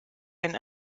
ein